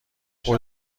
بدو